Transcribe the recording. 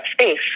space